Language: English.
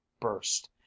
burst